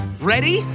Ready